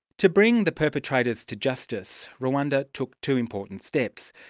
to bring the perpetrators to justice, rwanda took two important steps.